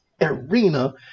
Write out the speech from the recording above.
arena